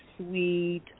sweet